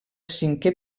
cinquè